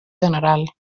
general